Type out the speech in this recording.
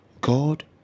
God